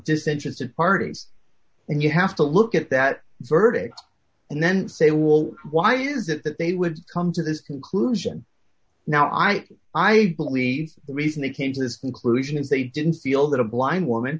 dissenters of parties and you have to look at that verdict and then say well why is it that they would come to this conclusion now i i believe the reason they came to this conclusion is they didn't feel that a blind woman